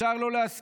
אפשר לא להסכים,